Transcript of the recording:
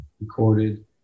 recorded